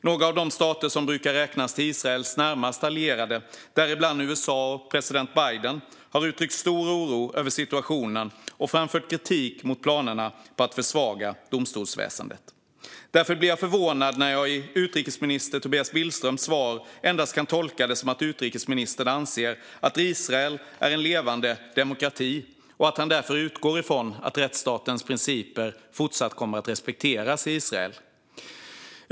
Några av de stater som brukar räknas till Israels närmast allierade, däribland USA med president Biden, har uttryckt stor oro över situationen och framfört kritik mot planerna på att försvaga domstolsväsendet. Därför blir jag förvånad när jag endast kan tolka utrikesminister Tobias Billströms svar som att han anser att Israel är en levande demokrati och därför utgår från att rättsstatens principer fortsatt kommer att respekteras i Israel.